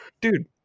Dude